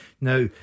Now